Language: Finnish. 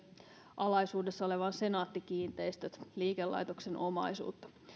alaisuudessa olevan senaatti kiinteistöt liikelaitoksen omaisuutta